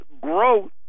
growth